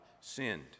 sinned